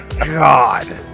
God